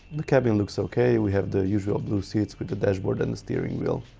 the cabin looks ok, we have the usual blue seats with the dashboard and steering wheel,